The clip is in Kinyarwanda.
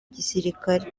gisirikare